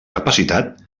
capacitat